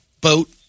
boat